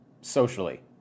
socially